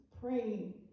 praying